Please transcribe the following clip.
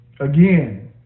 Again